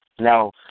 now